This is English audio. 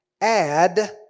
add